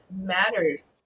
matters